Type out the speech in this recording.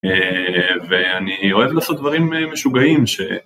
ואני אוהב לעשות דברים משוגעים ש...